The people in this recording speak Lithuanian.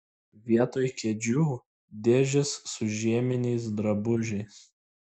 vietoj kėdžių dėžės su žieminiais drabužiais